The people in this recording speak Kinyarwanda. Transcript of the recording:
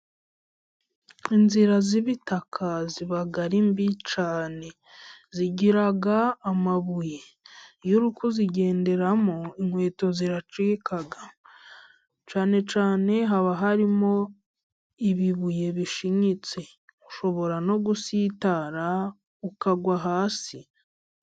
Inzira z'ibitaka ziba ari mbi cyane ,zigira amabuye iyo uri kuzigenderamo, inkweto ziracika cyane cyane haba harimo ibibuye bishinyitse, ushobora no gusitara ukagwa hasi.